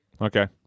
Okay